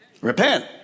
repent